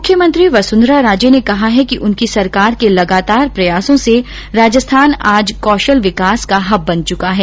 मुख्यमंत्री वसुंधरा राजे ने कहा है कि उनकी सरकार के लगातार प्रयासों से राजस्थान आज कौशल विकास का हब बन चुका है